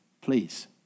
Please